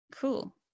Cool